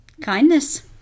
Kindness